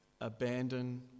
abandon